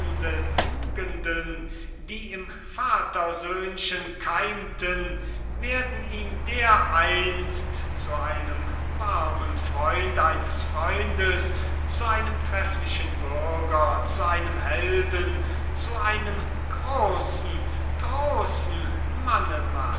tugenden die im vatersöhnchen keimten werden ihn dereinst zu einem warmen freund eines freundes zu einem treflichen bürger zu einem helden zu einem grossen grossen manne